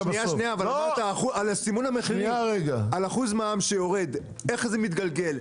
ש-1% מע"מ שיורד, איך זה מתגלגל.